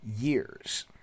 years